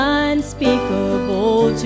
unspeakable